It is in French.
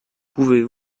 pouvez